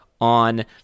on